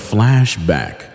Flashback